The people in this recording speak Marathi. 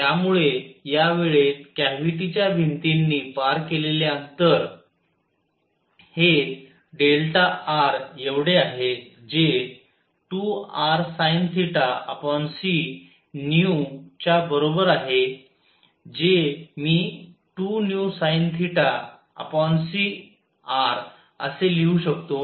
त्यामुळे या वेळेत कॅव्हिटीच्या भिंतीनी पार केलेले अंतर हे r एवढे आहे जे 2rsinθcv च्या बरोबर आहे जे मी 2vsinθcrअसे लिहू शकतो